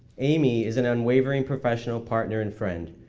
amy is an unwavering professional partner and friend.